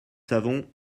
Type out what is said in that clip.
savons